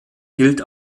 gilt